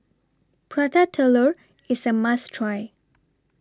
Prata Telur IS A must Try